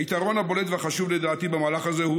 היתרון הבולט והחשוב לדעתי במהלך הזה הוא